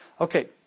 Okay